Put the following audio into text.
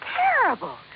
terrible